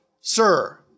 Sir